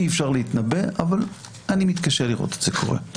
אי אפשר להתנבא אבל אני מתקשה לראות את זה קורה.